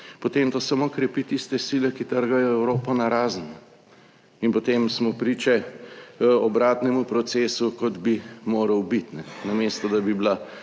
to samo krepi tiste sile, ki trgajo Evropo narazen in potem smo priče obratnemu procesu, kot bi moral bi, namesto da bi bila